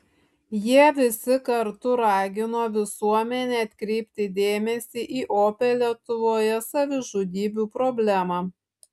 jie visi kartu ragino visuomenę atkreipti dėmesį į opią lietuvoje savižudybių problemą